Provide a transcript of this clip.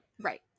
Right